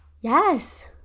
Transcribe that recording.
yes